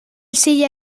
silla